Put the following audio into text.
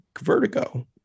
vertigo